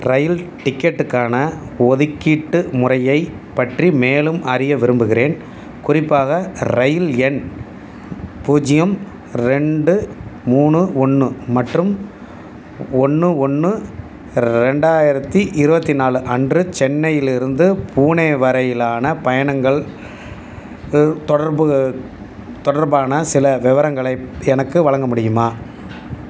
இரயில் டிக்கெட்டுக்கான ஒதுக்கீட்டு முறையைப் பற்றி மேலும் அறிய விரும்புகிறேன் குறிப்பாக இரயில் எண் பூஜ்ஜியம் ரெண்டு மூணு ஒன்று மற்றும் ஒன்று ஒன்று ரெண்டாயிரத்தி இருபத்தி நாலு அன்று சென்னையிலிருந்து பூனே வரையிலான பயணங்கள் தொடர்பு க தொடர்பான சில விவரங்களை எனக்கு வழங்க முடியுமா